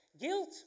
guilt